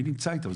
מי נמצא איתו?